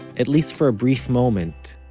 at least for a brief moment,